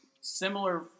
similar